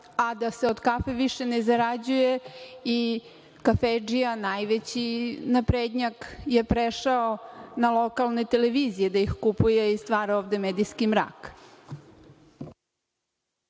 a da se od kafe više ne zarađuje i kafedžija najveći, naprednjak, je prešao na lokalne televizije da ih kupuje i stvara ovde medijski mrak.